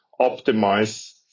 optimize